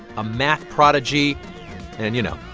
a math prodigy and, you know,